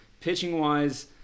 Pitching-wise